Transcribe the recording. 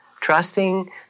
trusting